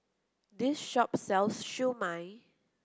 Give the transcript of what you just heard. this shop sells Siew Mai